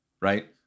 right